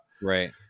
Right